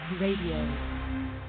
radio